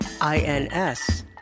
INS